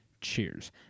Cheers